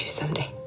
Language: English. someday